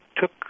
took